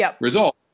result